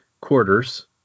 quarters